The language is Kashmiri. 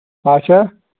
اچھا